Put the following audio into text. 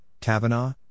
Kavanaugh